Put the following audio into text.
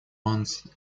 ones